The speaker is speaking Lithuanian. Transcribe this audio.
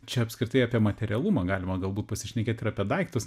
čia apskritai apie materialumą galima galbūt pasišnekėt ir apie daiktus